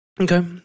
Okay